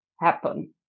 happen